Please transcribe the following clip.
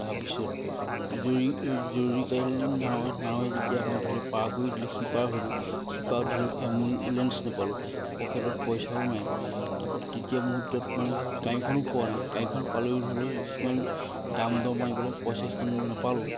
তাৰপিছত জৰু জৰুৰীকালীন নাও নাৱে যেতিয়া আমাক ধৰিলওক পাৰ কৰি দিলে সিপাৰ হ'লোঁ সিপাৰত ধৰি লওক এম্বুলেঞ্চ নেপালোঁ পকেটত পইচাও নাই তাৰপিছত তেতিয়া মুহূৰ্তত মানে গাড়ীখনো পোৱা নাই গাড়ীখন পালেও ধৰিলওক কিছুমান দাম দৰ মাৰি পেলাই পইচা সিমান নেপালোঁ